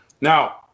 Now